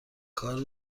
کار